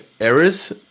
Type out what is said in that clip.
errors